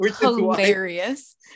hilarious